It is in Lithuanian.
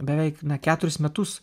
beveik keturis metus